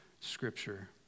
Scripture